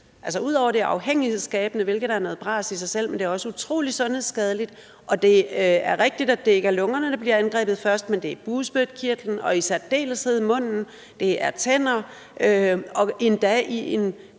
at det er afhængighedsskabende, hvilket er noget bras i sig selv, er det også utrolig sundhedsskadeligt. Det er rigtigt, at det ikke er lungerne, der bliver angrebet først, men det er bugspytkirtlen og i særdeleshed munden, og det er tænder og endda i en